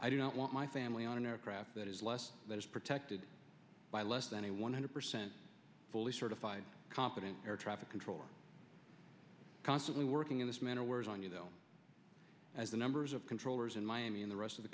i don't want my family on an aircraft that is less protected by less than a one hundred percent fully certified competent air traffic controller constantly working in this manner wears on you though as the numbers of controllers in miami in the rest of the